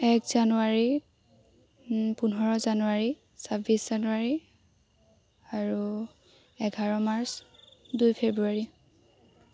এক জানুৱাৰী পোন্ধৰ জানুৱাৰী চাব্বিছ জানুৱাৰী আৰু এঘাৰ মাৰ্চ দুই ফেব্ৰুৱাৰী